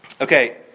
Okay